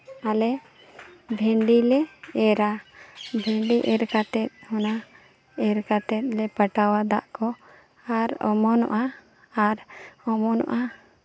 ᱟᱞᱮ ᱵᱷᱮᱱᱰᱤ ᱞᱮ ᱮᱨᱟ ᱵᱷᱮᱱᱰᱤ ᱮᱨ ᱠᱟᱛᱮᱫ ᱚᱱᱟ ᱮᱨ ᱠᱟᱛᱮᱫ ᱞᱮ ᱯᱟᱴᱟᱣᱟ ᱫᱟᱜ ᱠᱚ ᱟᱨ ᱚᱢᱚᱱᱚᱜᱼᱟ ᱟᱨ ᱚᱢᱚᱱᱚᱜᱼᱟ